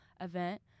event